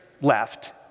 left